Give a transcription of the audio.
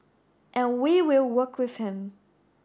and we will work with him